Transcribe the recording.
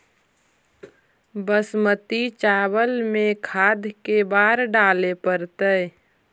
बासमती चावल में खाद के बार डाले पड़तै?